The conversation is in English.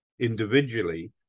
individually